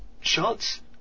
shots